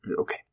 Okay